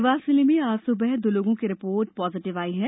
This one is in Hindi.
देवास जिले में आज सुबह दो लोगों की रिपोर्ट पॉजिटिव आई है